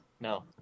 No